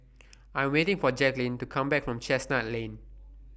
I Am waiting For Jacklyn to Come Back from Chestnut Lane